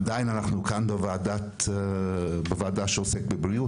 עדיין אנחנו כאן בוועדה שעוסקת בבריאות